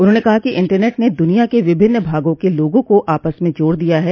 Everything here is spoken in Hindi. उन्हेांने कहा कि इंटरनेट ने दुनिया के विभिन्न भागों के लोगों को आपस में जोड़ दिया है